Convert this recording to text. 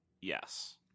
Yes